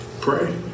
Pray